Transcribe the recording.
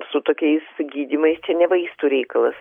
su tokiais gydymais čia ne vaistų reikalas